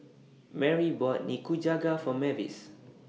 Merry bought Nikujaga For Mavis